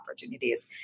opportunities